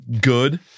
good